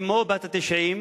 אמו בת 90,